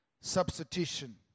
substitution